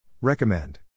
Recommend